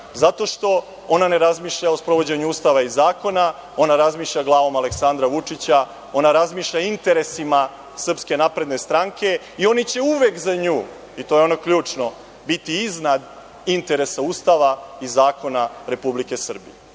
Zato što ona ne razmišlja o sprovođenju Ustava i zakona, ona razmišlja glavom Aleksandra Vučića, ona razmišlja interesima SNS i oni će uvek za nju, i to je ono ključno, biti iznad interesa Ustava i zakona Republike Srbije.